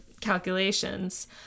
calculations